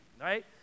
right